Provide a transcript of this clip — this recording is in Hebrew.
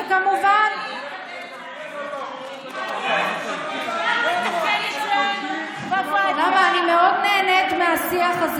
זה כנראה לא ברור, ונתקן את זה בוועדה, זה הכול.